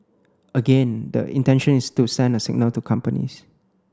again the intention is to send a signal to companies